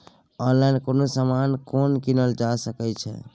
Online कोनो समान केना कीनल जा सकै छै?